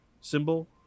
symbol